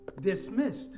dismissed